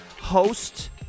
host